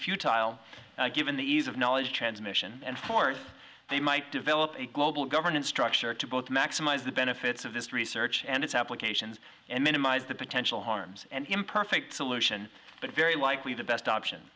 futile given the ease of knowledge transmission and force they might develop a global governance structure to both maximize the benefits of this research and its applications and minimize the potential harms and imperfect solution but very likely the best option